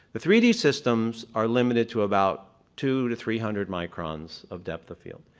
the three d systems are limited to about two to three hundred microns of depth of field.